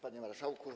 Panie Marszałku!